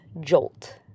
jolt